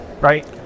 right